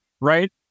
right